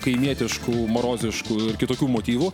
kaimietiškų moroziškų ir kitokių motyvų